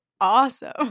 awesome